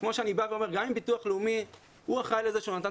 כמו שאני אומר שגם אם ביטוח לאומי אחראי לזה שהוא נתן